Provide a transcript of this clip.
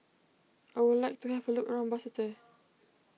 I would like to have a look around Basseterre